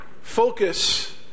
focus